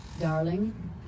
Darling